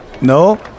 No